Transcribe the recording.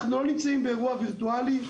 אנחנו לא נמצאים באירוע וירטואלי.